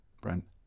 Brent